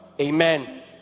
Amen